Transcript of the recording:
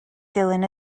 dilyn